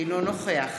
אינו נוכח